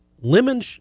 lemon